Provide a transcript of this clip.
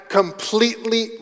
completely